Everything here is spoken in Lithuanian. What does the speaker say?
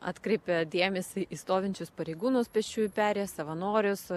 atkreipia dėmesį į stovinčius pareigūnus pėsčiųjų perėjose savanorius